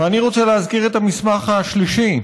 ואני רוצה להזכיר את המסמך השלישי: